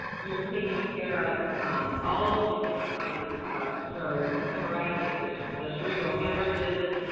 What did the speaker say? you're taking care of all of the different kinds of of stroke, the hemorrhagic, the so the cerebral hemorrhages,